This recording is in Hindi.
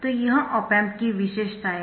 तो यह ऑप एम्प की विशेषताएं है